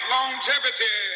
Longevity